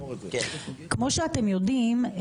כמו שאתם יודעים,